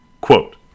Quote